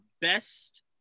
best